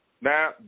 Now